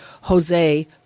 Jose